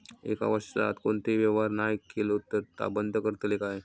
एक वर्षाच्या आत कोणतोही व्यवहार नाय केलो तर ता बंद करतले काय?